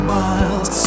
miles